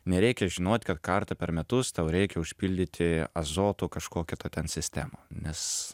nereikia žinot kad kartą per metus tau reikia užpildyti azoto kažkokio tą ten sistemą nes